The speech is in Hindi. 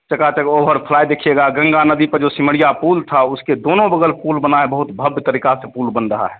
चकाचक ओवर फ्लाइ दिखेगा गंगा नदी पर जो सिमडिया पूल था उसके दोनों बग़ल पूल बनाया है बहुत भव्य तरीक़ा से पूल बन रहा है